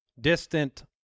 distant